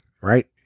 right